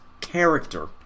character